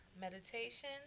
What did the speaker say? meditation